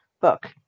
book